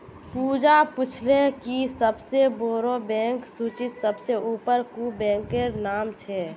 पूजा पूछले कि सबसे बोड़ो बैंकेर सूचीत सबसे ऊपर कुं बैंकेर नाम छे